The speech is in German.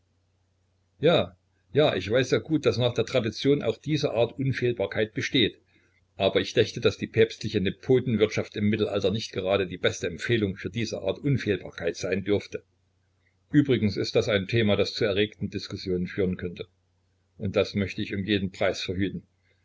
ja ja ich weiß sehr gut daß nach der tradition auch diese art unfehlbarkeit besteht aber ich dächte daß die päpstliche nepotenwirtschaft im mittelalter nicht grade die beste empfehlung für diese art unfehlbarkeit sein dürfte übrigens ist das ein thema das zu erregten diskussionen führen könnte und das möchte ich um jeden preis verhüten